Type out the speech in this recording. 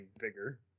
bigger